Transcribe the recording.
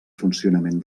funcionament